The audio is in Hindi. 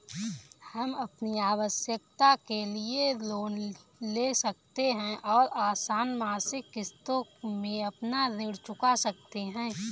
हम अपनी आवश्कता के लिए लोन ले सकते है और आसन मासिक किश्तों में अपना ऋण चुका सकते है